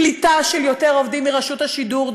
קליטה של יותר עובדים מרשות השידור,